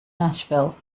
nashville